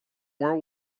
world